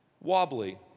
wobbly